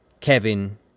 Kevin